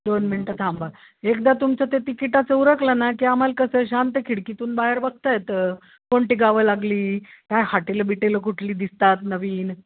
दोन मिनटं थांबा एकदा तुमचं ते तिकिटाच उरकलं ना की आम्हाला कसं शांत खिडकीतून बाहेर बघता येतं कोणती गावं लागली काय हाटेलं बिटेलं कुठली दिसतात नवीन